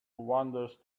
wanders